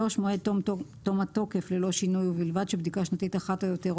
מועד תום התוקף יישאר ללא שינוי ובלבד שבדיקה שנתית אחת או יותר,